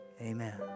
amen